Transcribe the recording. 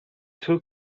two